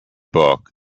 book